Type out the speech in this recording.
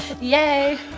Yay